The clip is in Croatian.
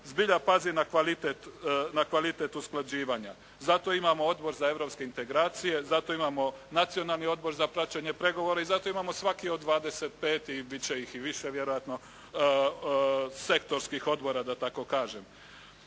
zbilja pazi na kvalitet usklađivanja. Zato imamo Odbor za europske integracije, zato imamo Nacionalni odbor za praćenje pregovora. I zato imamo svaki od 25, bit će ih i više vjerojatno sektorskih odbora da tako kažem.